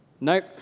Nope